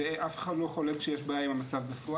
ואף אחד לא חולק שיש בעיה עם המצב בפועל